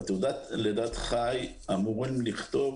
בתעודת לידת חי אמורים לכתוב